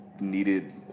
needed